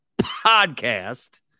podcast